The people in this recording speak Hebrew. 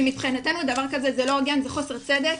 ומבחינתנו, דבר כזה זה לא הוגן, זה חוסר צדק.